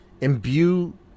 imbue